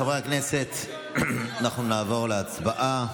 חברי הכנסת, אנחנו נעבור להצבעה,